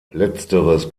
letzteres